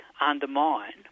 undermine